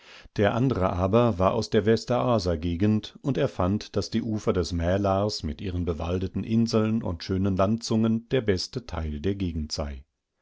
der andere aber war aus der vesteraaser gegend und er fand daß die ufer des mälars mit ihren bewaldeten inseln und schönen landzungen der beste teil dergegendsei